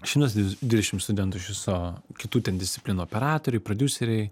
šimtas dvidešim studentų iš viso kitų ten disciplinų operatoriai prodiuseriai